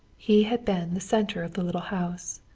he had been the center of the little house,